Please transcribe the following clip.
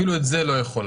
אפילו את זה לא יכולה.